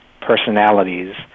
personalities